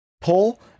pull